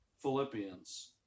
Philippians